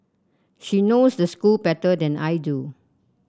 she knows the school better than I do